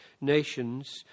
nations